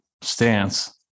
stance